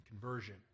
Conversion